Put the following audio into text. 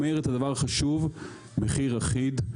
אומר את הדבר החשוב: מחיר אחיד.